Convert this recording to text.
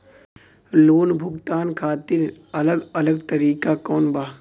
Loan भुगतान खातिर अलग अलग तरीका कौन बा?